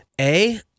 A-